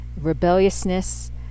rebelliousness